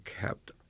kept